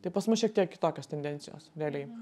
tai pas mus šiek tiek kitokios tendencijos realiai